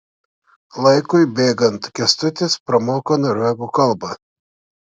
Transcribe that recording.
laikui bėgant kęstutis pramoko norvegų kalbą